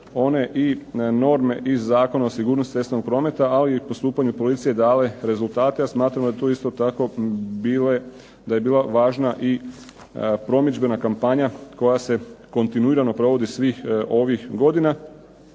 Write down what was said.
one i norme iz Zakona o sigurnosti cestovnog prometa, ali i postupanju policije dale rezultate. A smatramo da je tu isto tako bila važna i promidžbena kampanja koja se kontinuirano provodi svih ovih godina,